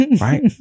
right